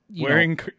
Wearing